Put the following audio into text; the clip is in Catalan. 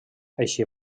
així